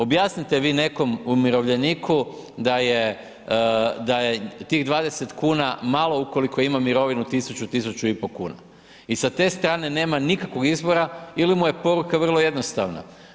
Objasnite vi nekom umirovljeniku da je tih 20 kuna malo ukoliko ima mirovinu 1000, 1500 kuna i sa te strane nema nikakvog izbora ili mu je poruka vrlo jednostavno.